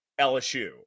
LSU